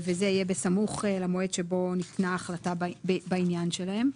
זה יהיה בסמוך למועד שבו ניתנה החלטה לעניין שלהם.